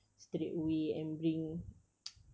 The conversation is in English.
straightaway and bring